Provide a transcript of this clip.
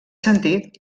sentit